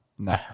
No